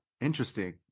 Interesting